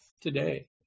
today